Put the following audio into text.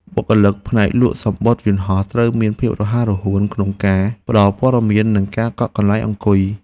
បុគ្គលិកផ្នែកលក់សំបុត្រយន្តហោះត្រូវមានភាពរហ័សរហួនក្នុងការផ្តល់ព័ត៌មាននិងការកក់កន្លែងអង្គុយ។